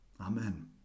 Amen